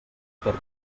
perd